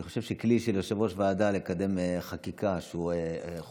אני חושב שכלי של יושב-ראש ועדה לקדם חקיקה שהוא חושב שצריכה להיות,